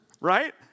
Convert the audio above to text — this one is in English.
right